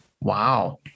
Wow